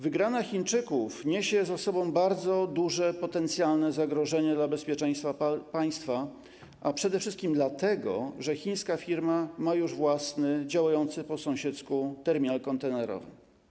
Wygrana Chińczyków niesie ze sobą bardzo duże potencjalne zagrożenie dla bezpieczeństwa państwa, przede wszystkim dlatego, że chińska firma ma już własny działający po sąsiedzku terminal kontenerowy.